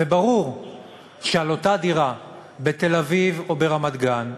וברור שעל אותה דירה בתל-אביב או ברמת-גן,